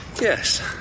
Yes